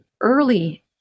early